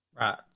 Right